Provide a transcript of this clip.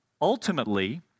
ultimately